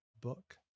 book